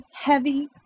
heavy